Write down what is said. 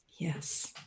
Yes